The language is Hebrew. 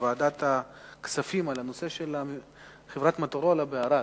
בוועדת הכספים על הנושא של חברת "מוטורולה" בערד.